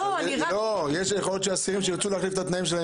יכול להיות שאסירים ירצו להחליף את התנאים שלהם